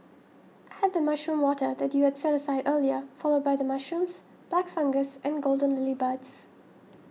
add the mushroom water that you had set aside earlier followed by the mushrooms black fungus and golden lily buds